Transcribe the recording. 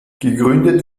gegründet